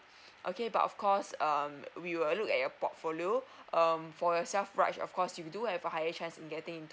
okay but of course um we will look at your portfolio um for yourself raj of course you do have a higher chance in getting